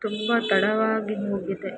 ತುಂಬ ತಡವಾಗಿ ಹೋಗಿದೆ